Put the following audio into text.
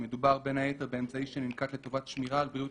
מדובר בין היתר באמצעי שננקט לטובת שמירה על בריאות